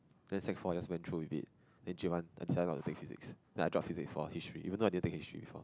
then Sec four I just went through with it then J one I decided not to take physics then I drop physics for history even though I never take history before